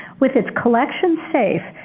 with its collection safe,